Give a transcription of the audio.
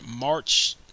March